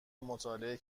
مطالعه